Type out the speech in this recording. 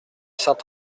saint